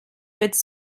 its